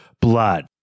blood